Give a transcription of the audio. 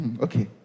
Okay